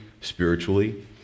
spiritually